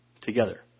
together